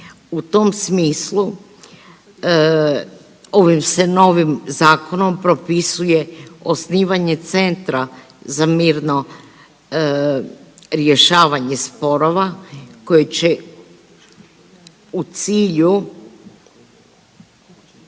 U tom smislu ovim se novim zakonom propisuje osnivanje Centra za mirno rješavanje sporova koji će u cilju,